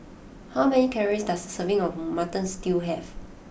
how many calories does a serving of Mutton Stew have